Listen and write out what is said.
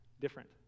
different